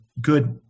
Good